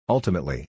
Ultimately